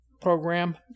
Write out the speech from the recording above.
Program